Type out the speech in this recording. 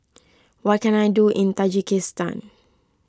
what can I do in Tajikistan